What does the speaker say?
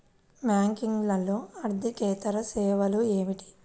బ్యాంకింగ్లో అర్దికేతర సేవలు ఏమిటీ?